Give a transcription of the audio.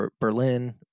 Berlin